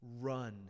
run